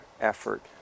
effort